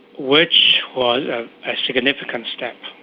which was a significant step.